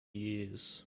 years